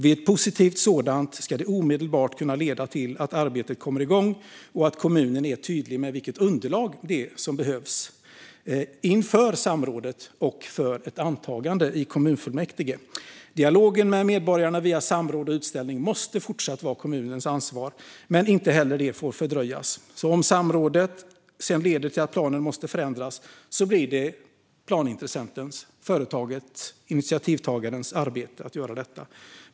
Vid ett positivt sådant ska det omedelbart kunna leda till att arbetet kommer igång och att kommunen är tydlig med vilket underlag som behövs inför samrådet och för ett antagande i kommunfullmäktige. Dialogen med medborgarna via samråd och utställning måste fortsatt vara kommunens ansvar. Inte heller den får fördröjas. Om samrådet sedan leder till att planen måste förändras blir det planintressentens - företagets, initiativtagarens - arbete att göra detta.